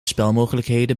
spelmogelijkheden